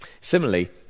Similarly